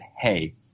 hey